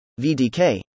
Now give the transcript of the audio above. VDK